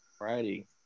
Friday